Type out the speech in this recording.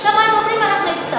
ושם הם אומרים: אנחנו הפסדנו.